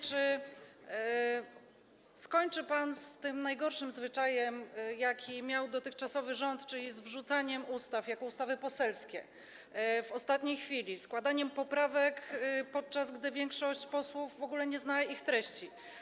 Czy skończy pan z tym najgorszym zwyczajem, jaki miał dotychczasowy rząd, czyli wrzucaniem ustaw jako ustaw poselskich, w ostatniej chwili, ze składaniem poprawek, podczas gdy większość posłów w ogóle nie zna ich treści?